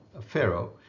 Pharaoh